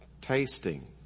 tasting